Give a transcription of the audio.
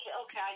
Okay